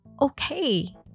okay